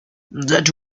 that